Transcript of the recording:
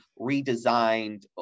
redesigned